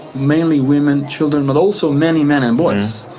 mainly women, children, but also many men and boys.